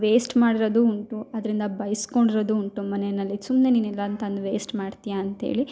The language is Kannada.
ವೇಸ್ಟ್ ಮಾಡಿರೋದು ಉಂಟು ಅದರಿಂದ ಬಯ್ಸ್ಕೊಂಡಿರೋದು ಉಂಟು ಮನೆನಲ್ಲಿ ಸುಮ್ನೆ ನೀನು ಇದನ್ನ ತಂದು ವೇಸ್ಟ್ ಮಾಡ್ತೀಯ ಅಂತ್ಹೇಳಿ